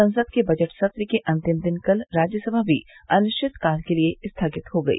संसद के बजट सत्र के अंतिम दिन कल राज्यसभा भी अनिश्चितकाल के लिए स्थगित हो गई